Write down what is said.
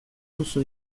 duzu